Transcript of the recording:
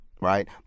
right